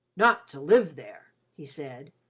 not to live there, he said.